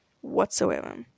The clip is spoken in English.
whatsoever